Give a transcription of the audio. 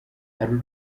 hari